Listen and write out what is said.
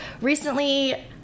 recently